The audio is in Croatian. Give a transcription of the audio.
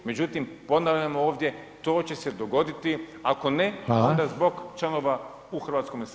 Međutim, ponavljam ovdje to će se dogoditi, ako ne [[Upadica: Hvala.]] onda zbog članova u Hrvatskome saboru.